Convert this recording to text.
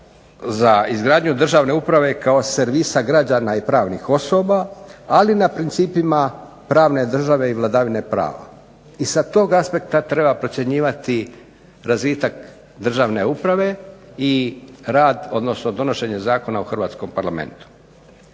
za izgradnju državne uprave kao servisa građana i pravnih osoba, ali na principima pravne države i vladavine prava, i sa tog aspekta treba procjenjivati razvitak državne uprave i rad, odnosno donošenje Zakona o hrvatskom Parlamentu.